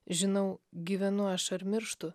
žinau gyvenu aš ar mirštu